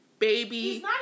Baby